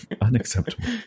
Unacceptable